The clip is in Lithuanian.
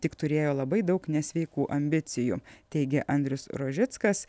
tik turėjo labai daug nesveikų ambicijų teigė andrius rožickas